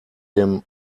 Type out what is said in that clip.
dem